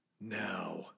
now